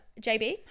jb